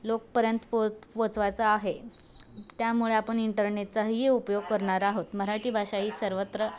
लोकांपर्यंत पो पोचवायचा आहे त्यामुळे आपण इंटरनेटचाही उपयोग करणार आहोत मराठी भाषा ही सर्वत्र